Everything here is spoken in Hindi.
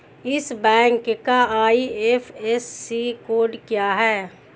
इस बैंक का आई.एफ.एस.सी कोड क्या है?